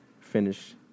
finish